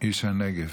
איש הנגב.